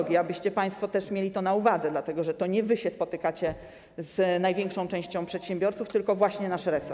Chodzi o to, abyście państwo też mieli to na uwadze, dlatego że to nie wy się spotykacie z największą częścią przedsiębiorców, tylko właśnie nasz resort.